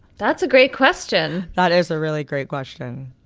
that's a great question. that is a really great question,